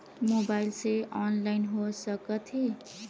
Mobile से online हो सकत हे?